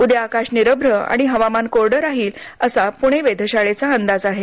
उद्या आकाश निरभ्र आणि हवामान कोरडं राहील असा पुणे वेधशाळेचा अंदाज आहे